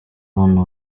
abana